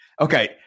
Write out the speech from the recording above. Okay